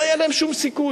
לא היה להן שום סיכוי.